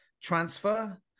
transfer